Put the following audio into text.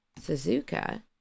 Suzuka